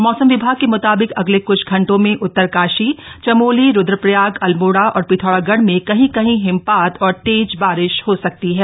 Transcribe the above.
मौसम विभाग के मुताबिक अगले कुछ घंटों में उत्तरकाश चमोली रुद्रप्रयाग अल्मोड़ा और पिथौरागढ़ में कहीं कहीं हिमपात और तेज बारिश हो सकती है